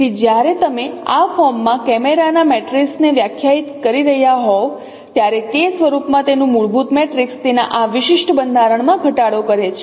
તેથી જ્યારે તમે આ ફોર્મમાં કેમેરા ના મેટ્રેઝ ને વ્યાખ્યાયિત કરી રહ્યાં હોવ ત્યારે તે સ્વરૂપમાં તેનું મૂળભૂત મેટ્રિક્સ તેના આ વિશિષ્ટ બંધારણમાં ઘટાડો કરે છે